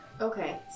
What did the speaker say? Okay